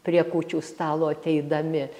prie kūčių stalo ateidami